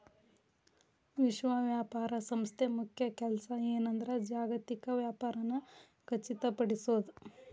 ವಿಶ್ವ ವ್ಯಾಪಾರ ಸಂಸ್ಥೆ ಮುಖ್ಯ ಕೆಲ್ಸ ಏನಂದ್ರ ಜಾಗತಿಕ ವ್ಯಾಪಾರನ ಖಚಿತಪಡಿಸೋದ್